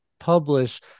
publish